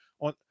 on